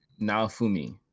Naofumi